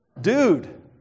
Dude